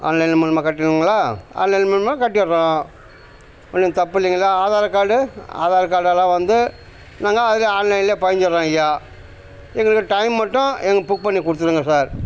online மூலமாக கட்டணுங்களா online மூலமாக கட்டிடுறோம் ஒன்றும் தப்பில்லைங்களா ஆதாரு கார்டு ஆதாரு கார்டெல்லாம் வந்து நாங்கள் அதிலே ஆன்லைன்லே பதிஞ்சிடுறோம் ஐயா எங்களுக்கு டைம் மட்டும் ஏங்க புக் பண்ணி கொடுத்துருங்க சார்